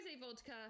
vodka